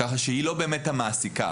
ככה שהיא לא באמת המעסיקה.